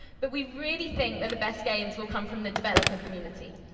but we really think and the best games will come from the developer community.